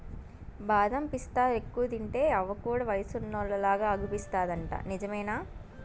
బాదం పిస్తాలెక్కువ తింటే అవ్వ కూడా వయసున్నోల్లలా అగుపిస్తాదంట నిజమేనా